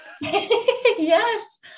yes